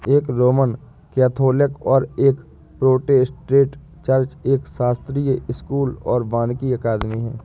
एक Roman Catholic और एक प्रोटेस्टेंट चर्च, एक शास्त्रीय स्कूल और वानिकी अकादमी है